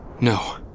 No